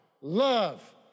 Love